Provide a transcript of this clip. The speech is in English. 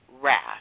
wrath